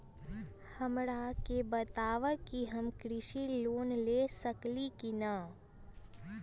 हमरा के बताव कि हम कृषि लोन ले सकेली की न?